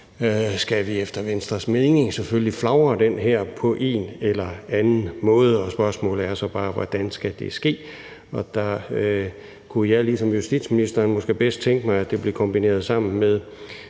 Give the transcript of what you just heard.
skal vi efter Venstres mening selvfølgelig flage den her på en eller anden måde. Og spørgsmålet er så bare, hvordan det skal ske. Der kunne jeg ligesom justitsministeren måske bedst tænke mig, at det blev kombineret med